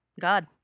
God